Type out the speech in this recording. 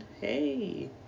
hey